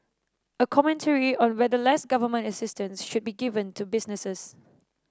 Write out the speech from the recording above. a commentary on whether less government assistance should be given to businesses